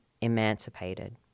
emancipated